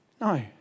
No